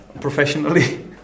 professionally